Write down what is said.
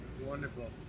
wonderful